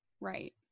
Right